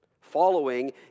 following